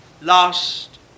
last